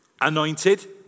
anointed